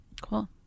Cool